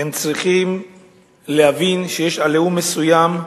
הם צריכים להבין שיש "עליהום" מסוים,